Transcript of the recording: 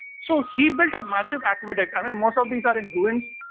so he build a massive aqueduct i mean, most of these are in ruins,